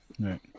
Right